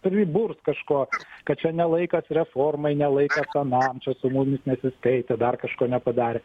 priburt kažko kad čia ne laikas reformai ne laikas anam čia su mumis ne taip tai dar kažko nepadarė